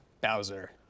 Bowser